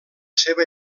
seva